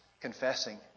confessing